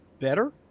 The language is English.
Better